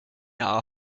our